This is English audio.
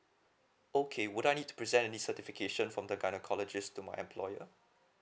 okay would I need to presents any certification from the gana collar just to my employer